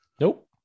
Nope